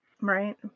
Right